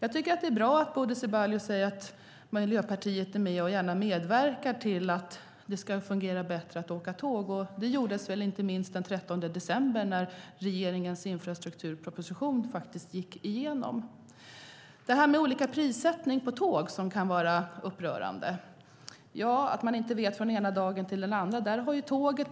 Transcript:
Det är bra att Bodil Ceballos säger att Miljöpartiet gärna medverkar till att det ska fungera bättre att åka tåg. Det gjordes inte minst den 13 december när regeringens infrastrukturproposition faktiskt gick igenom. Det kan vara upprörande att priserna på tågresor kan vara olika och att man från den ena dagen till den andra inte vet vad det kostar.